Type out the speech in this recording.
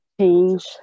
change